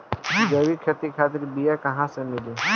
जैविक खेती खातिर बीया कहाँसे मिली?